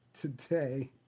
today